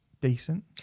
decent